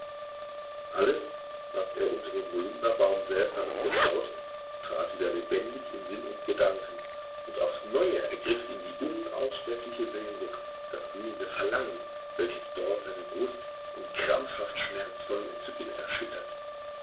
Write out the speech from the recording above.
alles was er unter dem holunderbaum seltsames geschaut trat wieder lebendig in sinn und gedanken und aufs neue ergriff ihn die unaussprechliche sehnsucht das glühende verlangen welches dort seine brust in krampfhaft schmerzvollem entzücken erschüttert